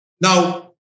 Now